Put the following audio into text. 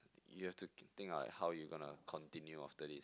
you have to think of like how you gonna continue after this